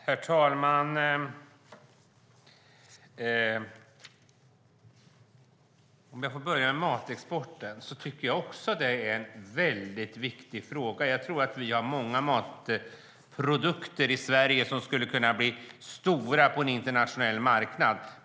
Herr talman! För att börja med matexporten ska jag säga att jag också tycker att det är en väldigt viktig fråga. Vi har många matprodukter i Sverige som skulle kunna bli stora på en internationell marknad.